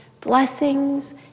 blessings